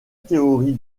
théorie